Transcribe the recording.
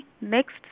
next